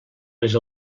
les